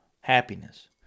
happiness